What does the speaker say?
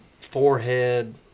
Forehead